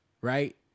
right